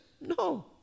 No